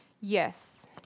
Yes